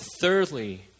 Thirdly